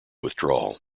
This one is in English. withdrawal